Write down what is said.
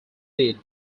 did